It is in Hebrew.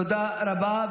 תודה רבה.